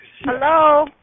Hello